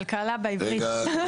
כלכלה בעברית.